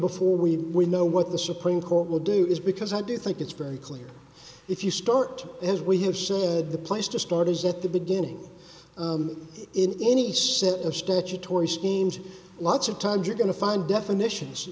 before we we know what the supreme court will do is because i do think it's very clear if you start as we have said the place to start is at the beginning in any set of statutory schemes lots of times you're going to find definitions